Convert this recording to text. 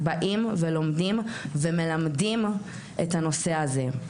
באים ולומדים ומלמדים את הנושא הזה.